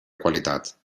qualitat